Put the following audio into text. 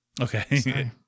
Okay